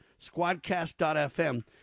Squadcast.fm